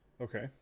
Okay